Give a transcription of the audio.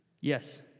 Yes